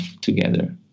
together